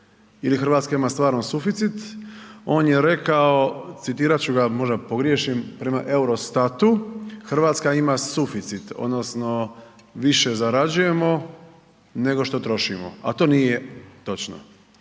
ili RH ima stvarno suficit, on je rekao, citirat ću ga, možda pogriješim, prema Eurostatu RH ima suficit odnosno više zarađujemo nego što trošimo, a to nije točno,